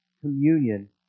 communion